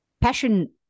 Passion